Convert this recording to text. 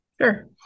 Sure